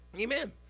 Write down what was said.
Amen